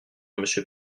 monsieur